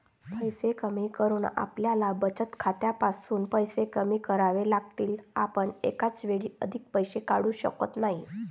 पैसे कमी करून आपल्याला बचत खात्यातून पैसे कमी करावे लागतील, आपण एकाच वेळी अधिक पैसे काढू शकत नाही